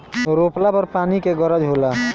रोपला पर पानी के गरज होला